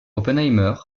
oppenheimer